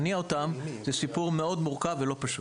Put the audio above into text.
זה סיפור מורכב מאוד ולא פשוט.